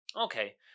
okay